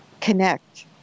connect